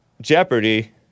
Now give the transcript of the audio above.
Jeopardy